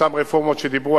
אותן רפורמות שדיברו,